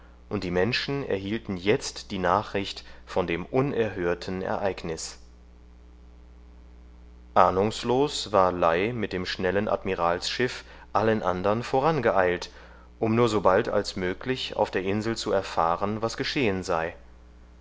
und die menschen erhielten jetzt die nachricht von dem unerhörten ereignis ahnungslos war lei mit dem schnellen admiralsschiff allen andern vorangeeilt um nur sobald als möglich auf der insel zu erfahren was geschehen sei